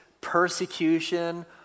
persecution